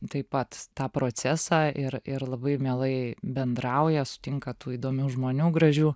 taip pat tą procesą ir ir labai mielai bendrauja sutinka tų įdomių žmonių gražių